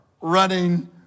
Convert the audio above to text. running